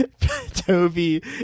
Toby